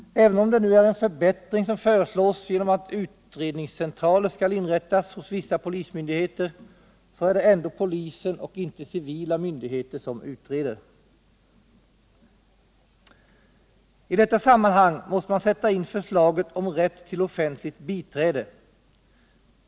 Även om förslaget att utredningscentraler skall inrättas hos vissa polismyndigheter är en förbättring, är det ändå polis och inte civila myndigheter som utreder. I detta sammanhang måste man sätta in förslag om rätt till offentligt biträde.